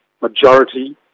majority